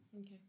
Okay